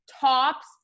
tops